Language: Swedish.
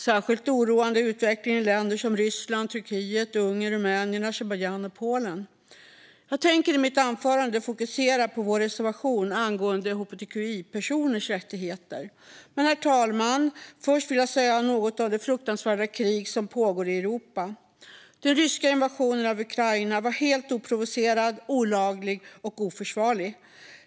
Särskilt oroande är utvecklingen i länder som Ryssland, Turkiet, Ungern, Rumänien, Azerbajdzjan och Polen. Jag tänker i mitt anförande fokusera på vår reservation angående hbtqipersoners rättigheter. Men först, herr talman, vill jag säga något om det fruktansvärda krig som pågår i Europa. Den ryska invasionen av Ukraina var helt oprovocerad, olaglig och oförsvarlig.